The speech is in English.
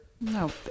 No